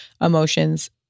emotions